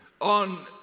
on